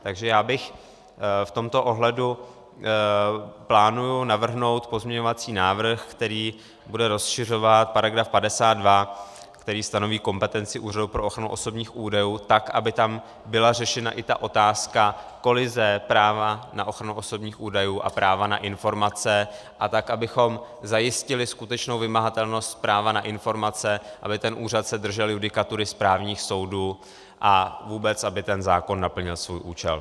Takže v tomto ohledu plánuji navrhnout pozměňovací návrh, který bude rozšiřovat § 52, který stanoví kompetenci Úřadu pro ochranu osobních údajů tak, aby tam byla řešena i otázka kolize práva na ochranu osobních údajů a práva na informace, tak abychom zajistili skutečnou vymahatelnost práva na informace, aby se ten úřad držel judikatury správních soudů a vůbec aby ten zákon naplnil svůj účel.